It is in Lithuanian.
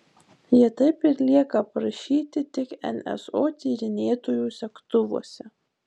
jie taip ir lieka aprašyti tik nso tyrinėtojų segtuvuose